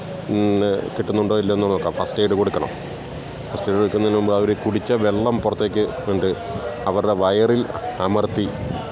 നെ കിട്ടുന്നുണ്ടോ ഇല്ലയോന്ന് നോക്കാം ഫസ്റ്റേയ്ഡ് കൊടുക്കണം ഫസ്റ്റേയ്ഡ് കൊടുക്കുന്നതിനു മുമ്പവര് കുടിച്ച വെള്ളം പുറത്തേ ക്ക്ഉണ്ട് അവരുടെ വയറില് അമര്ത്തി